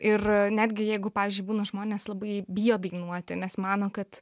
ir netgi jeigu pavyzdžiui būna žmonės labai bijo dainuoti nes mano kad